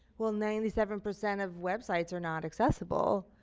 well, ninety seven percent of web sites are not accesible,